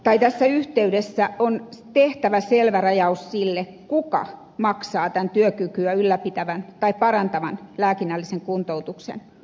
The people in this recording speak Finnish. mutta tässä yhteydessä on tehtävä selvä rajaus sille kuka maksaa tämän työkykyä ylläpitävän tai parantavan lääkinnällisen kuntoutuksen